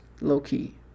low-key